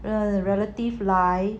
the relative 来